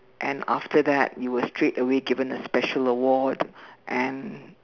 and after that you were straight away given a special award and